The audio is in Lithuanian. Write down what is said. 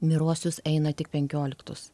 mirosius eina tik penkioliktus